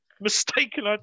mistaken